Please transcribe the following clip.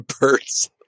birds